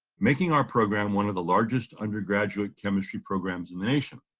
making our program one of the largest undergraduate chemistry programs in the nation.